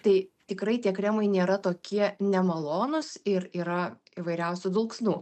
tai tikrai tie kremai nėra tokie nemalonūs ir yra įvairiausių dulksnų